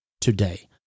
today